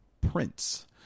Prince